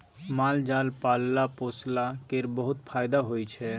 माल जाल पालला पोसला केर बहुत फाएदा होइ छै